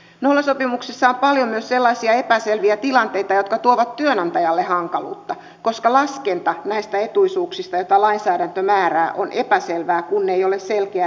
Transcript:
nollasopimuksissa on paljon myös sellaisia epäselviä tilanteita jotka tuovat työnantajalle hankaluutta koska laskenta näistä etuisuuksista joita lainsäädäntö määrää on epäselvää kun ei ole selkeätä työaikaa